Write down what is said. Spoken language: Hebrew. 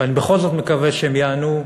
ואני בכל זאת מקווה שהם ייענו,